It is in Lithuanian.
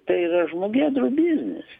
tai yra žmogėdrų biznis